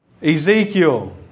Ezekiel